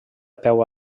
peu